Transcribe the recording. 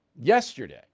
yesterday